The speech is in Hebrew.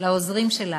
לעוזרים שלנו,